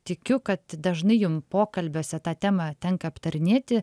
tikiu kad dažnai jum pokalbiuose tą temą tenka aptarinėti